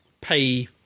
pay